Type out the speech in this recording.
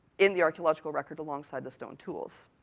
in the archaeological record alongside the stone tools.